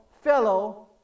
fellow